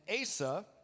Asa